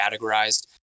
categorized